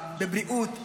בבריאות,